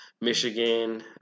Michigan